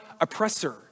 oppressor